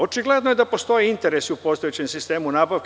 Očigledno je da postoje interesi u postojećem sistemu nabavki.